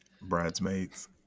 Bridesmaids